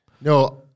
No